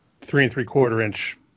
three-and-three-quarter-inch